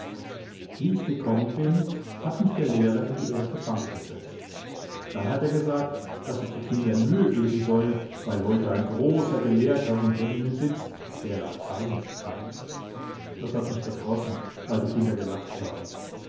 wie ich gekommen bin hat mich der lehrer in die erste bank gesetzt dann hat er gesagt daß sich die kinder mühe geben sollen weil heute ein großer gelehrter unter ihnen sitzt der lateinisch kann das hat mich verdrossen weil die kinder gelacht haben